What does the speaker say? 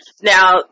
Now